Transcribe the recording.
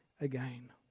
again